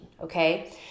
Okay